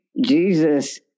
Jesus